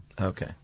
Okay